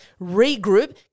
regroup